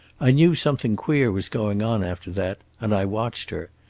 i knew something queer was going on, after that, and i watched her.